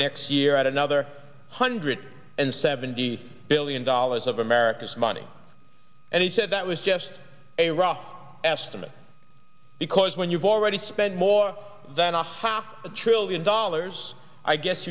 next we're at another hundred and seventy billion dollars of america's money and he said that was just a rough estimate because when you've already spent more than a half a trillion dollars i guess